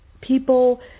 People